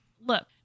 look